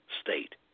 state